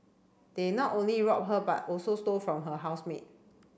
they not only robbed her but also stole from her housemate